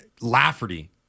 Lafferty